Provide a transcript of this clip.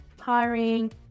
hiring